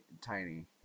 tiny